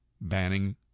banning